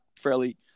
fairly